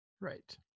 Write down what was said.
Right